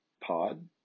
pod